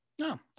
no